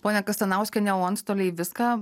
ponia kastanauskiene o antstoliai viską